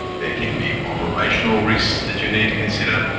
they can be operational risks that you need to consider.